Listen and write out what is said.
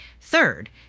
Third